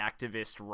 activist